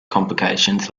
complications